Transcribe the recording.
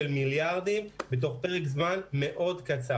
מיליארדים בתוך פרק זמן מאוד קצר.